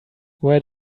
where